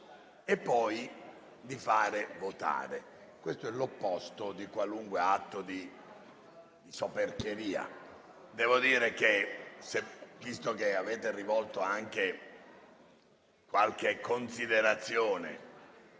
e poi di far votare. Questo è l'opposto di qualunque atto di soverchieria. Visto che avete rivolto anche qualche considerazione